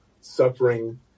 suffering